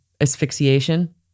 asphyxiation